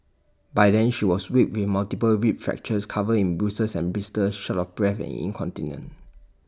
by then she was weak with multiple rib fractures covered in bruises and blisters short of breath and incontinent